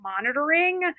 monitoring